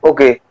Okay